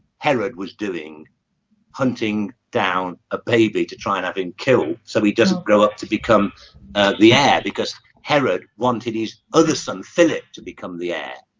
herod was doing hunting down a baby to try and have him killed so he doesn't grow up to become the air because herod wanted his other son philip to become the heir